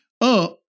up